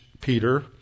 Peter